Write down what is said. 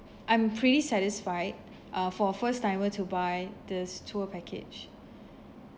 I'm pretty satisfied uh for a first timer to buy this tour package